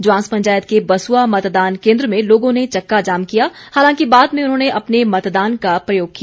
ज्वांस पंचायत के बसुआ मतदान केन्द्र में लोगों ने चक्का जाम किया हालांकि बाद में उन्होंने अपने मतदान का प्रयोग किया